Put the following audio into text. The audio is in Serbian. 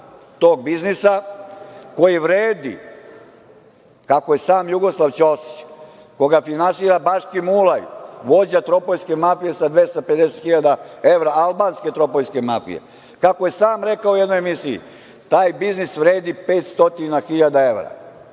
tog biznisa koji vredi, kako je sam Jugoslav Ćosić, koga finansira bački Mulaj, vođa tropoljske mafije sa 250.000 evra albanske tropoljske mafije, kako je sam rekao u jednoj emisiji, taj biznis vredi 500.000 evra. Novac